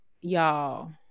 y'all